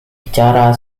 bicara